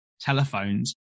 telephones